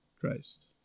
Christ